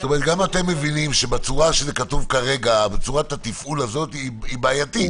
זאת אומרת שגם אתם מבינים שכפי שזה כתוב כרגע צורת התפעול היא בעייתית.